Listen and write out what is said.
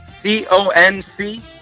C-O-N-C